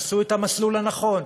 עשו את המסלול הנכון,